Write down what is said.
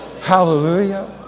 hallelujah